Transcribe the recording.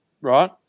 right